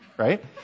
right